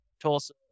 Tulsa